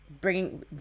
bringing